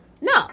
No